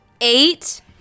Eight